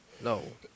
No